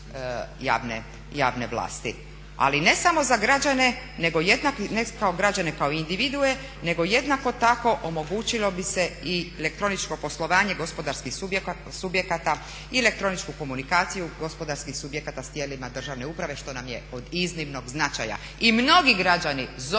građane kao individue, nego jednako tako omogućilo bi se i elektroničko poslovanje gospodarskih subjekata i elektroničku komunikaciju gospodarskih subjekata s tijelima državne uprave što nam je od iznimnog značaja. I mnogi građani zovu